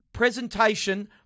presentation